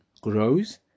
grows